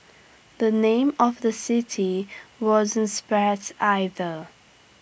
the name of the city wasn't spared either